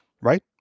right